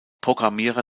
programmierer